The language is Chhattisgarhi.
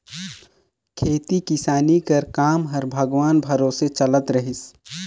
खेती किसानी कर काम हर भगवान भरोसे चलत रहिस